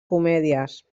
comèdies